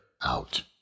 out